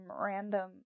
random